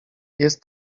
jest